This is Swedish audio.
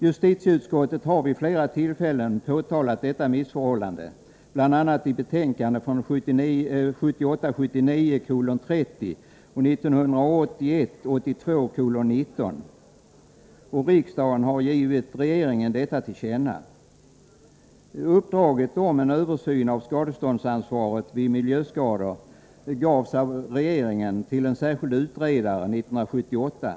Justitieutskottet har vid flera tillfällen påtalat detta missförhållande, bl.a. i betänkandena 1978 82:19, och riksdagen har givit regeringen detta till känna. Uppdraget om en översyn av skadeståndsansvaret vid miljöskador gavs av regeringen till en särskild utredare år 1978.